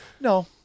No